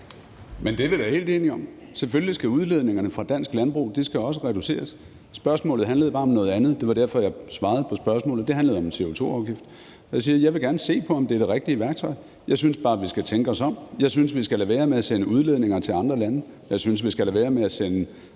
helt enige om. Selvfølgelig skal udledningerne fra dansk landbrug også reduceres. Spørgsmålet handlede bare om noget andet – det var derfor, jeg svarede sådan på spørgsmålet – for det handlede om en CO2-afgift. Jeg siger, at jeg gerne vil se på, om det er det rigtige værktøj. Jeg synes bare, at vi skal tænke os om. Jeg synes, at vi skal lade være med at sende udledninger til andre lande, og jeg synes, at vi skal lade være med at sende